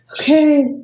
Okay